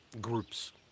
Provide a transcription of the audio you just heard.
groups